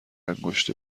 انگشت